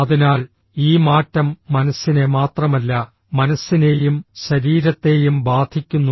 അതിനാൽ ഈ മാറ്റം മനസ്സിനെ മാത്രമല്ല മനസ്സിനെയും ശരീരത്തെയും ബാധിക്കുന്നു